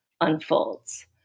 unfolds